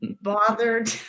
bothered